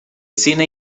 cine